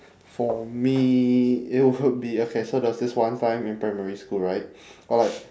for me it would be okay so there was this one time in primary school right or like